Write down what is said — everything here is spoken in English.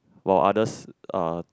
while others uh